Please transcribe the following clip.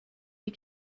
die